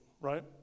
right